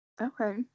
Okay